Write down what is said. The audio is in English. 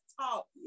talk